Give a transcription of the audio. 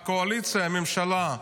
הקואליציה, הממשלה.